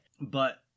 But-